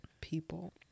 people